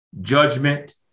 judgment